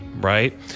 right